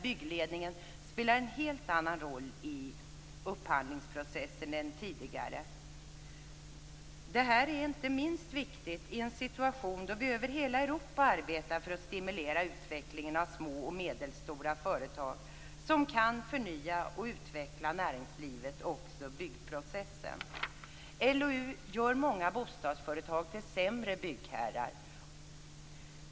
Byggledningen där spelar en helt annan roll i upphandlingsprocessen än tidigare. Detta är inte minst viktigt i en situation då vi över hela Europa arbetar för att stimulera utvecklingen av små och medelstora företag som kan förnya och utveckla näringslivet liksom byggprocessen. LOU gör många bostadsföretag till sämre byggherrar.